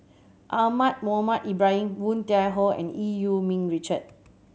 Ahmad Mohamed Ibrahim Woon Tai Ho and Eu Yee Ming Richard